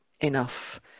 enough